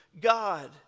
God